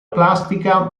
plastica